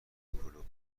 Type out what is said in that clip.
کلوب